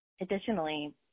Additionally